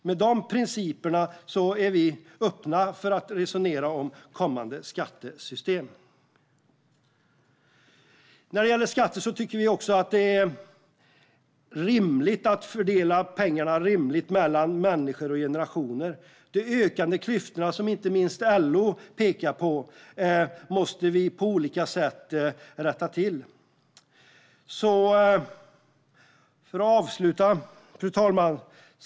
Med de principerna är vi öppna för att resonera om kommande skattesystem. När det gäller skatter tycker vi också att det är rimligt att fördela pengarna mellan människor och generationer. De ökande klyftorna, som inte minst LO pekat på, måste vi på olika sätt rätta till. Fru talman! Jag vill avslutningsvis säga följande.